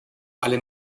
alle